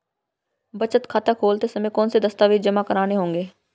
बचत खाता खोलते समय कौनसे दस्तावेज़ जमा करने होंगे?